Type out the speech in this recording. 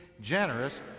generous